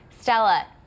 stella